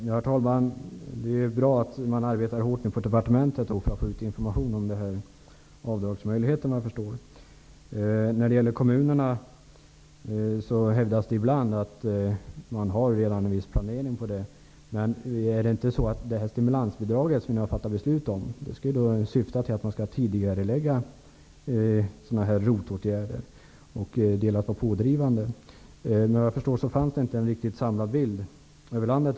Herr talman! Det är bra att man på departementet arbetar hårt på att få ut information om avdragsmöjligheterna i detta sammanhang. När det gäller kommunerna hävdas det ibland att det redan finns en viss planering. Men är det inte så att beslutat stimulansbidrag syftar till en tidigareläggning av ROT-åtgärder? Det gäller att vara pådrivande här. Såvitt jag förstår finns det inte en riktigt samlad bild beträffande hela landet.